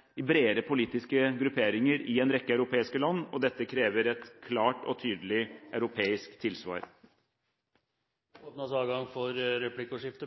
i små, isolerte grupper, går inn i bredere politiske grupperinger i en rekke europeiske land. Dette krever et klart og tydelig europeisk tilsvar. Det åpnes for replikkordskifte.